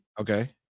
Okay